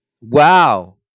wow